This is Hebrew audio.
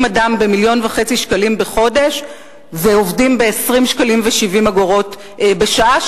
אדם במיליון וחצי שקלים בחודש ועובדים ב-20 שקלים ו-70 אגורות לשעה,